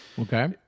Okay